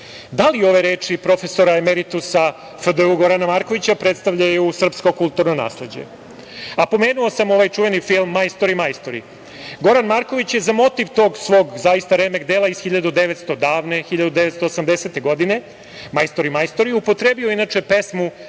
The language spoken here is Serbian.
li ove reči profesora emeritusa FDU Gorana Markovića predstavljaju srpsko kulturno nasleđe? Pomenuo sam ovaj čuveni film "Majstori, majstori". Goran Marković je za motiv tog svog zaista remek dela iz davne 1980. godine upotrebio inače sjajnu